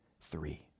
Three